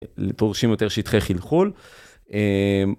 פורשים יותר שטחי חילחול.